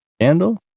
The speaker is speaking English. candle